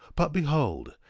but behold,